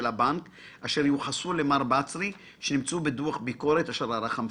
הבנק - הם יוחסו למר בצרי - שנמצאו בדוח ביקורת אשר ערך המפקח.